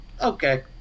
Okay